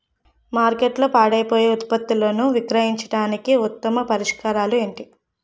మార్కెట్లో పాడైపోయే ఉత్పత్తులను విక్రయించడానికి ఉత్తమ పరిష్కారాలు ఏంటి?